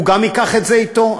הוא גם ייקח את זה אתו?